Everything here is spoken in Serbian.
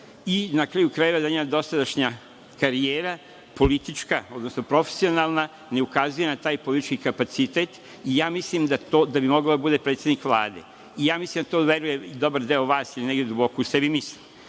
i na kraju krajeva, da njena dosadašnja karijera, politička, odnosno profesionalna, ne ukazuje na taj politički kapacitet da bi mogla da bude predsednik Vlade. Mislim da u to veruje i dobar deo vas. Negde duboko u sebi to mislite.